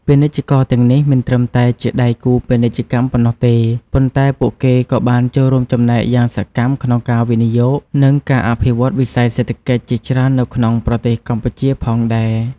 ពាណិជ្ជករទាំងនេះមិនត្រឹមតែជាដៃគូពាណិជ្ជកម្មប៉ុណ្ណោះទេ ប៉ុន្តែពួកគេក៏បានចូលរួមចំណែកយ៉ាងសកម្មក្នុងការវិនិយោគ និងការអភិវឌ្ឍវិស័យសេដ្ឋកិច្ចជាច្រើននៅក្នុងប្រទេសកម្ពុជាផងដែរ។